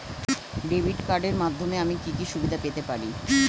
Debit কার্ডের মাধ্যমে আমি কি কি সুবিধা পেতে পারি?